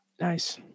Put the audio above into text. Nice